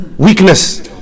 weakness